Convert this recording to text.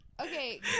Okay